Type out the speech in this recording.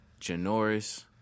Janoris